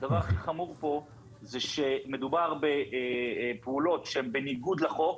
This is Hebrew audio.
זה שמדובר בפעולות שהן בניגוד לחוק,